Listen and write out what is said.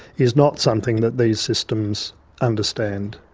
is not something that these systems understand.